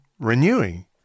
renewing